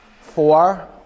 Four